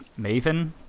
Maven